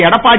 Edappadi